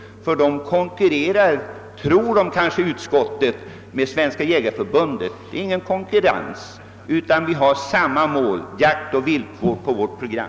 Utskottet tror måhända att förbundet konkurrerar med Svenska jägareförbundet. Men där råder ingen konkurrens. Vi har samma mål — jaktoch viltvård — på vårt program.